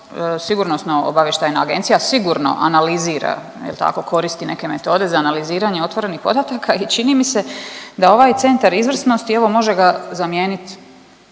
sigurnosno-obavještajna sigurno analizira, eto ako koristi neke metode za analiziranje otvorenih podataka i čini mi se ovaj centra izvrsnosti evo može ga zamijenit